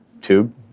tube